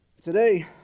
Today